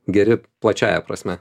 geri plačiąja prasme